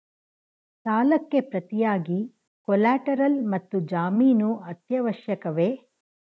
ಸಾಲಕ್ಕೆ ಪ್ರತಿಯಾಗಿ ಕೊಲ್ಯಾಟರಲ್ ಮತ್ತು ಜಾಮೀನು ಅತ್ಯವಶ್ಯಕವೇ?